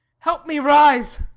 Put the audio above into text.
help me rise!